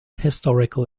historical